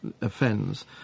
offends